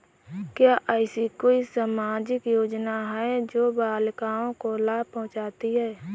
क्या ऐसी कोई सामाजिक योजनाएँ हैं जो बालिकाओं को लाभ पहुँचाती हैं?